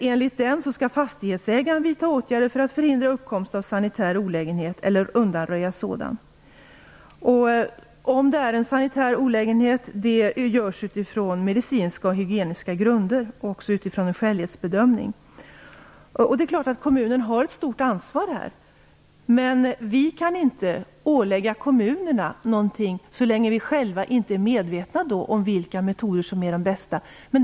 Enligt den skall fastighetsägaren vidta åtgärder för att förhindra uppkomst av sanitär olägenhet eller undanröja sådan. Om det är en sanitär olägenhet avgörs utifrån medicinska och hygieniska grunder och även utifrån en skälighetsbedömning. Det är klart att kommunen har ett stort ansvar här. Men vi kan inte ålägga kommunerna någonting så länge vi själva inte är medvetna om vilka metoder som är de bästa.